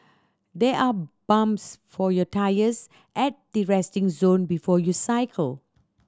there are pumps for your tyres at the resting zone before you cycle